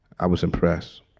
i was impressed